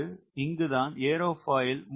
இங்கு தான் ஏரோபாயில் முக்கிய பங்காற்றுகிறது